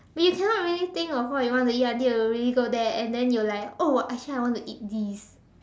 we cannot really think of what we want to eat until we really go there and then you like oh actually I want to eat this